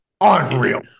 unreal